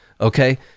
Okay